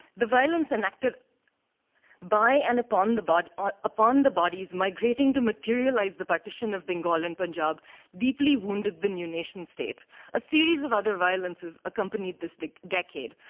the violence enacted by and upon the but ah upon the bodies migrating to materialize the partition of bengal and punjab deeply wounded the new nation-state. a series of other violences accompanied this decade,